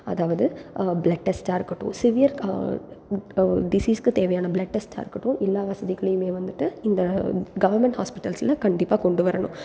அதாவது பிளட் டெஸ்ட்டாக இருக்கட்டும் சிவியர் டிசீஸ்ஸுக்கு தேவையான பிளட் டெஸ்ட்டாக இருக்கட்டும் எல்லா வசதிகளையுமே வந்துட்டு இந்த கவர்மெண்ட் ஹாஸ்பிட்டல்ஸில் கண்டிப்பாக கொண்டு வரணும்